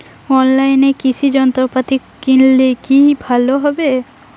অনলাইনে কৃষি যন্ত্রপাতি কিনলে কি ভালো হবে?